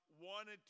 wanted